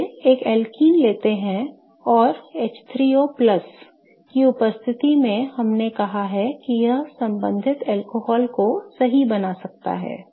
आइए एक एल्कीन लेते हैं और H3O की उपस्थिति में हमने कहा है कि यह संबंधित अल्कोहल को सही बना सकता है